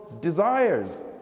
desires